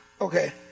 Okay